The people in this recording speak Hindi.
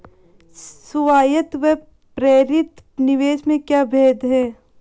स्वायत्त व प्रेरित निवेश में क्या भेद है?